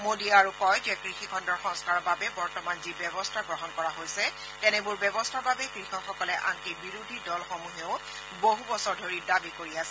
মোদীয়ে আৰু কয় যে কৃষি খণ্ডৰ সংস্কাৰৰ বাবে বৰ্তমান যি ব্যৱস্থা গ্ৰহণ কৰা হৈছে তেনেবোৰ ব্যৱস্থাৰ বাবে কৃষকসকলে আনকি বিৰোধী দলসমূহেও বছু বছৰ ধৰি দাবী কৰি আছিল